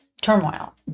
turmoil